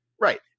Right